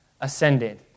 ascended